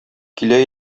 килә